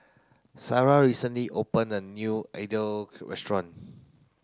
Sarrah recently opened a new Idili restaurant